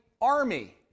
army